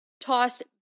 tossed